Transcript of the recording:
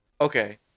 Okay